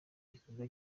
gikorwa